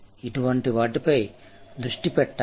ఇటువంటి వాటిపై దృష్టి పెట్టాలి